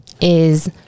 is-